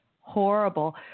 horrible